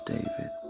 David